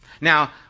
Now